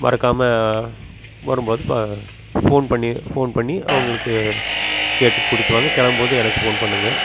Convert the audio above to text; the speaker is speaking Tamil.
மறக்காமல் வரும்போது ப ஃபோன் பண்ணி ஃபோன் பண்ணி அவுங்களுக்கு கேட்டுட்டு கூட்டிகிட்டு வாங்க கிளம்பும்போது எனக்கு ஃபோன் பண்ணுங்க